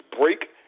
break